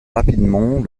rapidement